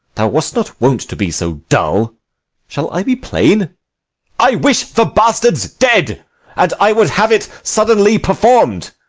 thou wast not wont to be so dull shall i be plain i wish the bastards dead and i would have it suddenly perform'd.